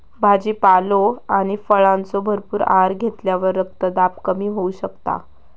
भाजीपालो आणि फळांचो भरपूर आहार घेतल्यावर रक्तदाब कमी होऊ शकता